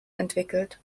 entwickelt